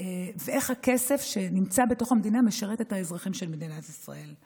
ואיך הכסף שנמצא בתוך המדינה משרת את האזרחים של מדינת ישראל.